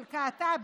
של קעטבי,